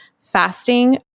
fasting